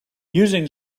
using